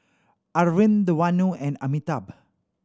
Arvind Vanu and Amitabh